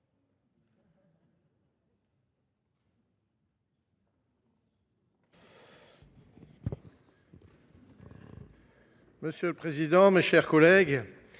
Monsieur le président, mes chers collègues,